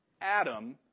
Adam